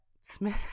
Smith